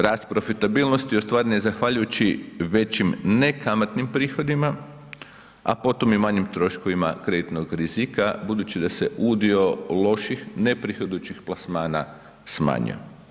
Rast profitabilnosti ostvarena je zahvaljujući većim ne kamatnim prihodima, a potom i manjim troškovima kreditnog rizika budući da se udio loših ne prihodujućih plasmana smanjio.